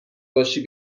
باشی